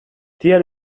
diğer